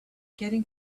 getting